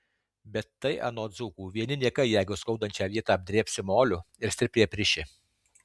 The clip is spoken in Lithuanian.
bet tai anot dzūkų vieni niekai jeigu skaudančią vietą apdrėbsi moliu ir stipriai apriši